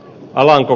alanko